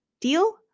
Deal